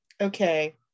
Okay